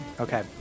Okay